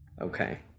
Okay